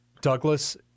Douglas